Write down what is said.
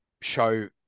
show